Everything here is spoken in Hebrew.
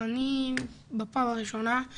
אני בפעם הראשונה,